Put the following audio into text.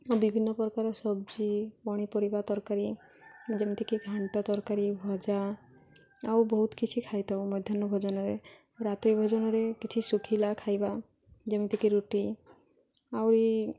ଆଉ ବିଭିନ୍ନ ପ୍ରକାର ସବଜି ପନିପରିବା ତରକାରୀ ଯେମିତିକି ଘାଣ୍ଟ ତରକାରୀ ଭଜା ଆଉ ବହୁତ କିଛି ଖାଇଥାଉ ମଧ୍ୟାହ୍ନ ଭୋଜନରେ ରାତ୍ରି ଭୋଜନରେ କିଛି ଶୁଖିଲା ଖାଇବା ଯେମିତିକି ରୁଟି ଆହୁରି